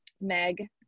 Meg